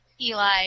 Eli